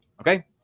Okay